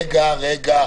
רגע, רגע.